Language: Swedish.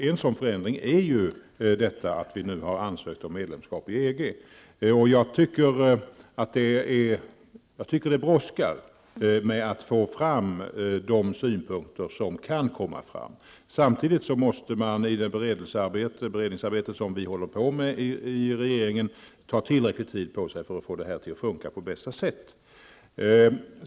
En sådan förändring är ju att vi nu har ansökt om medlemskap i EG. Det brådskar med att få fram synpunkter. Samtidigt måste man i det pågående beredningsarbetet inom regeringen ta tillräcklig tid på sig för att allt skall fungera på bästa sätt.